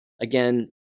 Again